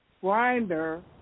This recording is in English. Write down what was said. grinder